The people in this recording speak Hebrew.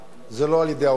זה לא על-ידי האופוזיציה.